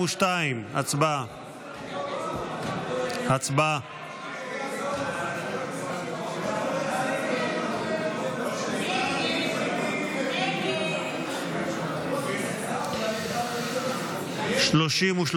202. הצבעה.